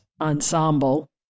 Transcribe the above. Ensemble